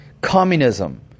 Communism